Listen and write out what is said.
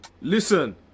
listen